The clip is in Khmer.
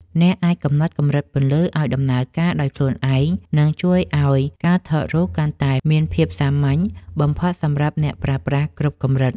អ្នកអាចកំណត់កម្រិតពន្លឺឱ្យដំណើរការដោយខ្លួនឯង និង ជួយឱ្យការថតរូបកាន់តែមានភាពសាមញ្ញបំផុតសម្រាប់អ្នកប្រើប្រាស់គ្រប់កម្រិត។